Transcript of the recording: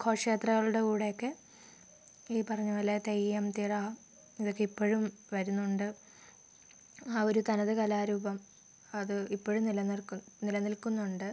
ഘോഷയാത്രകളുടെ കൂടെയൊക്കെ ഈ പറഞ്ഞ പോലെ തെയ്യം തിറ അതൊക്കെ ഇപ്പോഴും വരുന്നുണ്ട് ആ ഒരു തനത് കലാരൂപം അത് ഇപ്പോഴും നിലനിൽക്കു നിലനിൽക്കുന്നുണ്ട്